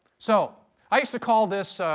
so i used to call this